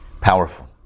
Powerful